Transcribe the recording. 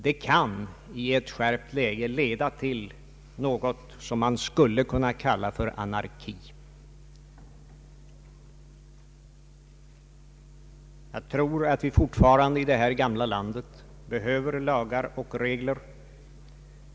Det kan i ett skärpt läge bli något som man skulle kunna kalla för anarki. Jag tror att vi i detta gamla land fortfarande behöver lagar och regler.